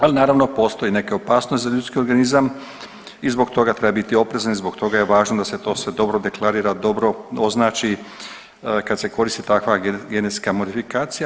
Ali naravno postoje neke opasnosti za ljudski organizam i zbog toga treba biti oprezan i zbog toga je važno da se to sve dobro deklarira, dobro označi kad se koristi takva genetska modifikacija.